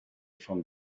from